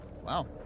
Wow